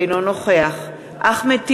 אינו נוכח אחמד טיבי,